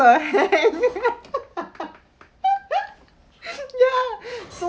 the hell ya so